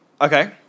okay